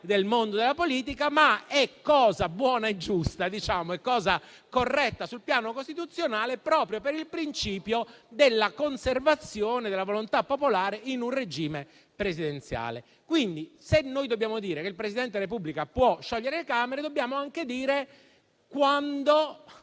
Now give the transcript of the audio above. del mondo della politica, ma è cosa buona e giusta. È cosa corretta sul piano costituzionale proprio per il principio della conservazione della volontà popolare in un regime presidenziale. Quindi, se dobbiamo dire che il Presidente Repubblica può sciogliere le Camere, dobbiamo anche dire quando